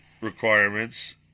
requirements